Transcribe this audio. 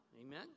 amen